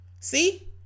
See